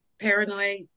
paranoid